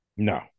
No